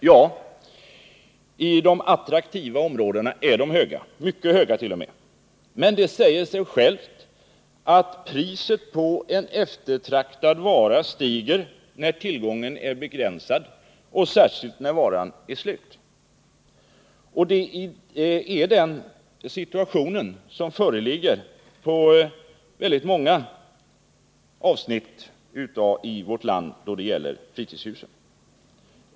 Ja, i de attraktiva områdena är de höga, mycket höga t.o.m. Men det säger sig självt att priset på en eftertraktad vara stiger när tillgången är begränsad, och särskilt när varan är slut. Det är den situation som föreligger inom många områden i vårt land när det gäller fritidshusen.